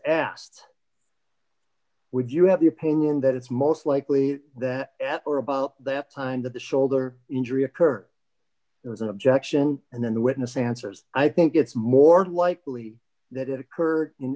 asked would you have the opinion that it's most likely that or about that time that the shoulder injury occurred there was an objection and then the witness answers i think it's more likely that it occurred in